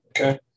Okay